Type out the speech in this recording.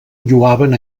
lloaven